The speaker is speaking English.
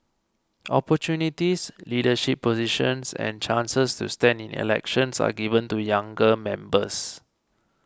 opportunities leadership positions and chances to stand in elections are given to younger members